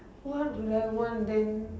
what would I want then